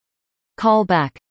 Callback